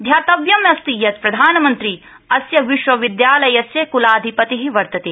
ध्यातव्यमस्ति यत् प्रधानमन्त्री अस्य विश्ववदयालयस्य कुलाधिपतिः वर्तते